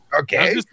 Okay